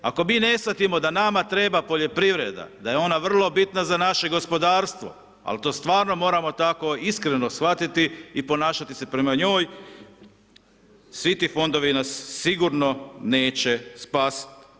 Ako mi ne shvatimo da nama treba poljoprivreda, da je ona vrlo bitna za naše gospodarstvo ali to stvarno moramo tako iskreno shvatiti i ponašati se prema njoj, svi ti fondovi nas sigurno neće spasiti.